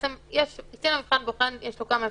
קצין המבחן יש לו כמה אפשרויות.